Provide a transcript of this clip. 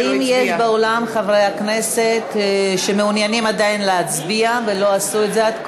האם יש באולם חברי כנסת שמעוניינים עדיין להצביע ולא עשו את זה עד כה?